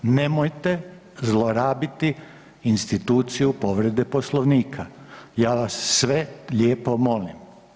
Nemojte zlorabiti instituciju povrede Poslovnika ja vas sve lijepo molim.